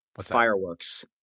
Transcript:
Fireworks